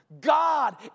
God